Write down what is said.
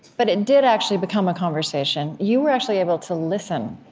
but it did actually become a conversation. you were actually able to listen